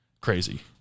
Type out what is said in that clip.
Crazy